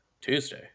tuesday